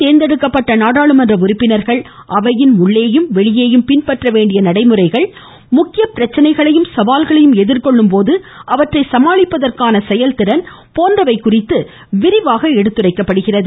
தேர்ந்தெடுக்கப்பட்டுள்ள நாடாளுமன்ற உறுப்பினர்கள் அவையின் உள்ளேயும் புதிதாக வெளியேயும் பின்பற்ற வேண்டிய நடைமுறைகள் முக்கிய பிரச்சனைகளையும் சவால்களையும் எதிர்கொள்ளும் போது அவற்றை சமாளிப்பதற்கான செயல்திறன் போன்றவை குறித்து எடுத்துரைக்கப்படுகிறது